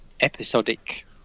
episodic